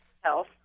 Health